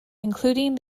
including